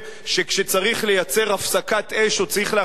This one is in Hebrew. שכשצריך לייצר הפסקת אש או צריך להחזיר את